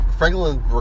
Franklin